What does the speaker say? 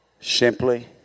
simply